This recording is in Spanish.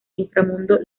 inframundo